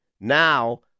now